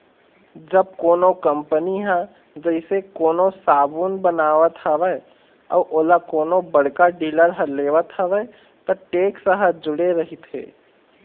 जब कोनो कंपनी ह जइसे कोनो साबून बनावत हवय अउ ओला कोनो बड़का डीलर ह लेवत हवय त टेक्स ह जूड़े रहिथे